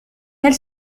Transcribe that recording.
elle